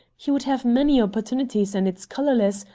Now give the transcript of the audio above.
he would have many opportunities, and it's colorless,